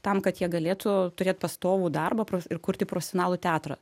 tam kad jie galėtų turėt pastovų darbą prof ir kurti profesionalų teatrą